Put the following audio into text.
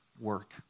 work